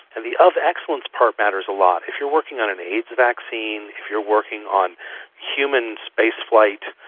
and the of excellence part matters a lot. if you're working on an aids vaccine, if you're working on human spaceflight,